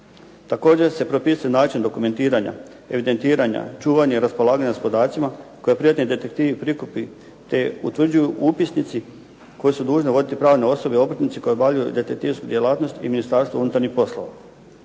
Također se propisuje način dokumentiranja, evidentiranja, čuvanja i raspolaganja s podacima koje privatni detektiv prikupi te utvrđuju upisnici koji su dužni voditi pravne osobe, obrtnici koji obavljaju detektivsku djelatnost i Ministarstvo unutarnjih poslova.